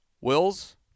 wills